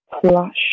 Flush